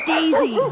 Daisy